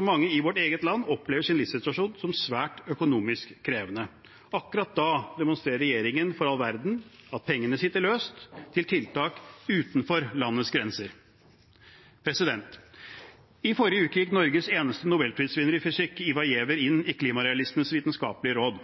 Mange i vårt eget land opplever sin livssituasjon som svært økonomisk krevende. Akkurat da demonstrerer regjeringen for all verden at pengene sitter løst til tiltak utenfor landets grenser. I forrige uke gikk Norges eneste nobelprisvinner i fysikk, Ivar Giæver, inn i Klimarealistenes vitenskapelige råd.